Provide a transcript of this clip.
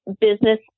business